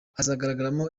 hazagaragaramo